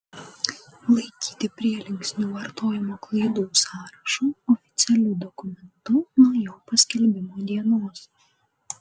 laikyti prielinksnių vartojimo klaidų sąrašą oficialiu dokumentu nuo jo paskelbimo dienos